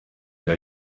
der